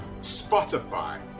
Spotify